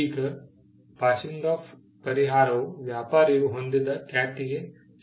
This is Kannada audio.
ಈಗ ಪಾಸಿಂಗ್ ಆಫ್ ಪರಿಹಾರವು ವ್ಯಾಪಾರಿಯು ಹೊಂದಿದ್ದ ಖ್ಯಾತಿಗೆ ಸಂಬಂಧಿಸಿದೆ